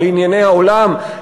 או לענייני העולם,